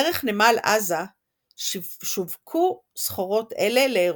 דרך נמל עזה שווקו סחורות אלה לאירופה.